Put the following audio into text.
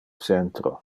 centro